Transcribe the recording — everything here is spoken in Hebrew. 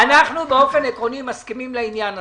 אני מציע, אנחנו באופן עקרוני מסכימים לעניין הזה.